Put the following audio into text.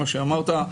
כפי שאמרת,